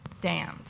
damned